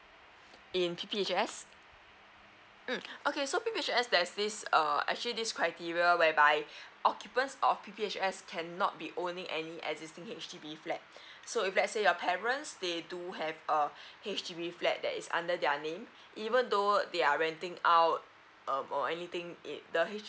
in P_P_H_S mm okay so P_P_H_S there's this err actually this criteria whereby occupants of P_P_H_S cannot be owning any existing H_D_B flat so if let's say your parents they do have a _H_D_B that that is under their name even though they are renting our um or anything it the H_D_B